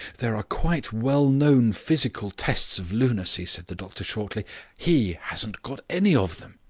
there are quite well-known physical tests of lunacy, said the doctor shortly he hasn't got any of them.